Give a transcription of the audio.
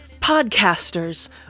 podcasters